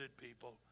people